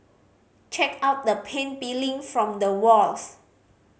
check out the paint peeling from the walls